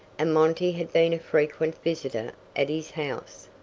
and monty had been a frequent visitor at his house.